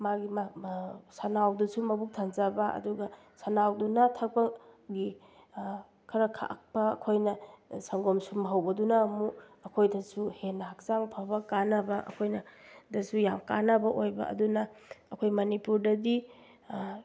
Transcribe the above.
ꯃꯥꯒꯤ ꯁꯟꯅꯥꯎꯗꯁꯨ ꯃꯕꯨꯛ ꯊꯟꯖꯕ ꯑꯗꯨꯒ ꯁꯟꯅꯥꯎꯗꯨꯅ ꯊꯛꯄꯒꯤ ꯈꯔ ꯈꯥꯛꯄ ꯑꯩꯈꯣꯏꯅ ꯁꯪꯒꯣꯝ ꯁꯨꯝꯍꯧꯕꯗꯨꯅ ꯑꯃꯨꯛ ꯑꯩꯈꯣꯏꯗꯁꯨ ꯍꯦꯟꯅ ꯍꯛꯆꯥꯡ ꯐꯕ ꯀꯥꯟꯅꯕ ꯑꯩꯈꯣꯏꯅ ꯗꯁꯨ ꯌꯥꯝ ꯀꯥꯟꯅꯕ ꯑꯣꯏꯕ ꯑꯗꯨꯅ ꯑꯩꯈꯣꯏ ꯃꯅꯤꯄꯨꯔꯗꯗꯤ